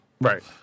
right